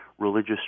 religious